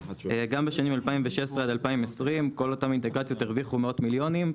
גם בשנים 2016 עד 2020 כל אותן אינטגרציות הרוויחו מאות מיליונים,